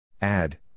Add